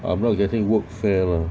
I'm not getting workfare lah